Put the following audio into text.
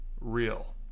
real